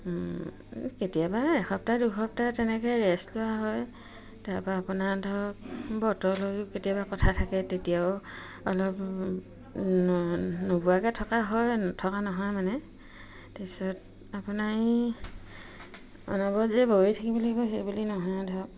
কেতিয়াবা এসপ্তাহ দুসপ্তাহ তেনেকে ৰেষ্ট লোৱা হয় তাৰপা আপোনাৰ ধৰক বতৰলৈ কেতিয়াবা কথা থাকে তেতিয়াও অলপ নোবোৱাকে থকা হয় নথকা নহয় মানে তাৰপিছত আপোনাৰ অনবৰত যে বৈ থাকিব লাগিব সেই বুলি নহয় ধৰক